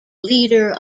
leader